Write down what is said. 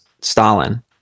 stalin